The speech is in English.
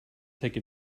take